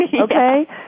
Okay